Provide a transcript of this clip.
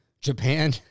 Japan